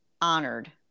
honored